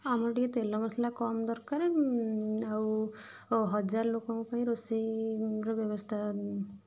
ଆମର ଟିକେ ତେଲ ମସଲା କମ୍ ଦରକାର ଆଉ ହଜାରେ ଲୋକଙ୍କ ପାଇଁ ରୋଷେଇର ବ୍ୟବସ୍ଥା